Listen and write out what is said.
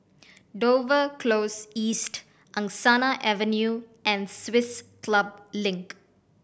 Dover Close East Angsana Avenue and Swiss Club Link